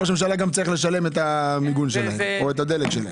ראש הממשלה צריך גם לשלם את המיגון שלהם או את הדלק שלהם.